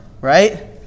right